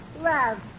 Love